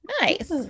Nice